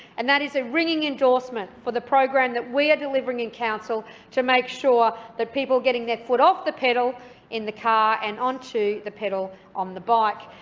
and that is a ringing endorsement for the program that we are delivering in council to make sure that people are getting their foot off the pedal in the car and onto the pedal on the bike.